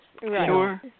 sure